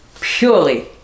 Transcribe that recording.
purely